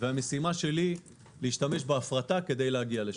כשהמשימה שלי היא להשתמש בהפרטה כדי להגיע לשם.